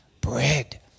bread